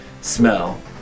smell